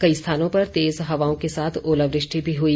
कई स्थानों पर तेज हवाओं के साथ ओलावृष्टि भी हुई